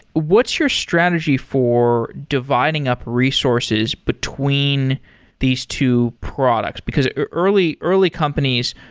what's your strategy for dividing up resources between these two products? because early early companies,